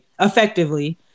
effectively